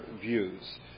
views